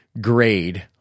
grade